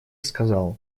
сказал